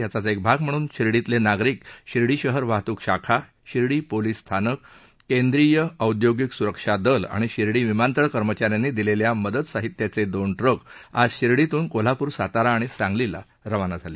याचाच एक भाग म्हणून शिर्डीतले नागरिक शिर्डी शहर वाहतूक शाखा शिर्डी पोलीस स्थानक केंद्रीय औद्योगिक सुरक्ष दल आणि शिर्डी विमानतळ कर्मचाऱ्यांनी दिलेल्या मदत साहित्याचे दोन ट्रक आज शिर्डीतून कोल्हापूरसातारा आणि सांगलीला काल रवाना झाले